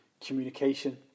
communication